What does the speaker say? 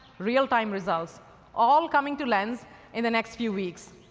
real time results all coming to lens in the next few weeks.